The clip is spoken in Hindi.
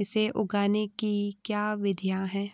इसे उगाने की क्या विधियाँ हैं?